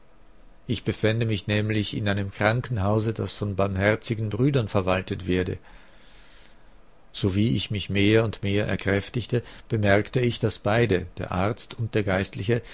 ich befände mich nämlich in einem krankenhause das von barmherzigen brüdern verwaltet werde sowie ich mich mehr und mehr erkräftigte bemerkte ich daß beide der arzt und der geistliche